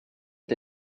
ont